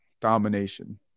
domination